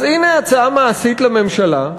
אז הנה הצעה מעשית לממשלה,